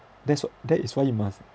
that's that is why you must